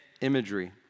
imagery